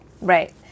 Right